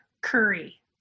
curry